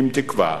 עם תקווה